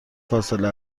فاصله